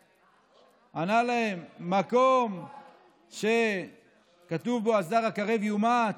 ענו: מקום שכתוב בו "הזר הקרב יומת",